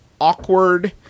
Awkward